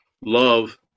love